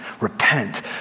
Repent